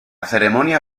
ceremonia